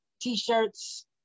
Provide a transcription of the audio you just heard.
T-shirts